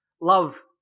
love